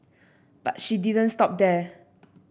but she didn't stop there